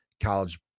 college